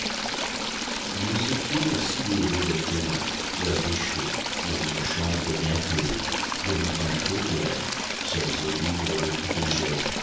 nous étions si heureux d'être là cois et chauds dans une chambre bien close devant un feu clair seuls et libres de toute gêne